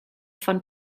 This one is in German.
von